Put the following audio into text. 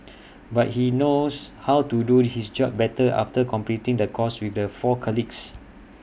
but he now knows how to do his job better after completing the course with the four colleagues